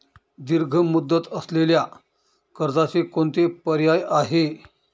दीर्घ मुदत असलेल्या कर्जाचे कोणते पर्याय आहे?